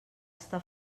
està